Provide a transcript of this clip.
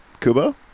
Kubo